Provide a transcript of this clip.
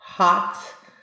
hot